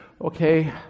okay